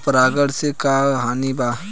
पर परागण से का हानि बा?